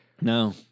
No